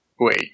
Wait